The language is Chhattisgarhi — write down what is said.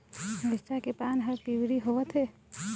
मिरचा के पान हर पिवरी होवथे?